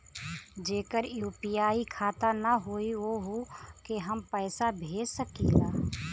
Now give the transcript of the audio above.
जेकर यू.पी.आई खाता ना होई वोहू के हम पैसा भेज सकीला?